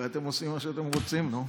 הרי אתם עושים מה שאתם רוצים, נו.